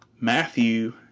Matthew